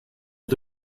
mit